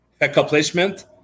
accomplishment